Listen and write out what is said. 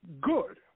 good